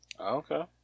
Okay